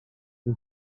سوی